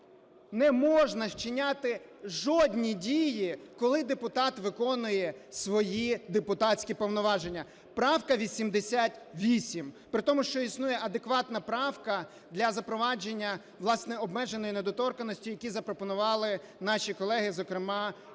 не можна вчиняти жодні дії, коли депутат виконує свої депутатські повноваження (правка 88). При тому, що існує адекватна правка для запровадження, власне, обмеженої недоторканності, яку запропонували наші колеги, зокрема